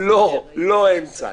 לא, לא אמצע.